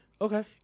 Okay